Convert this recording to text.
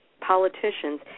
politicians